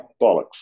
bollocks